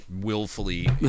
willfully